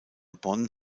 bonn